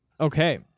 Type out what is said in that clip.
Okay